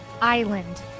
island